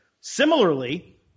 Similarly